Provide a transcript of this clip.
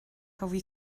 lei